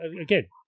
again